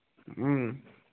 ꯎꯝ